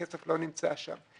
הכסף לא נמצא שם.